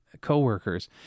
co-workers